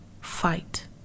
fight